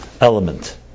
element